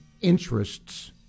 interests